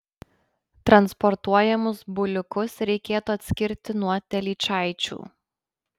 transportuojamus buliukus reikėtų atskirti nuo telyčaičių